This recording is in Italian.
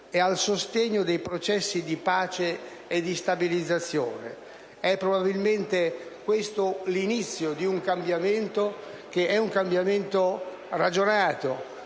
e al sostegno dei processi di pace e di stabilizzazione. È probabilmente questo l'inizio di un cambiamento ragionato